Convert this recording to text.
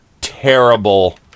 terrible